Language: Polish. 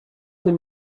tym